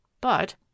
But